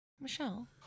Michelle